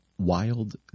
wild